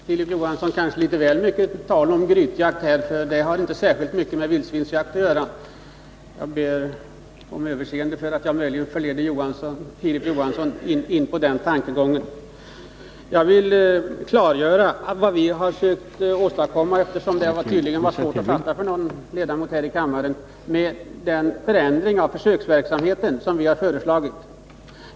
Herr talman! Det är, Filip Johansson, kanske litet väl mycket tal om gryt, för det har inte särskilt mycket med vildsvinsjakt att göra. Jag ber om överseende om jag möjligen ledde Filip Johansson in på den tankegången. Eftersom det tydligen var svårt att fatta för en ledamot här i kammaren, vill jag klargöra vad vi har försökt åstadkomma med vårt förslag till förändring av försöksverksamheten.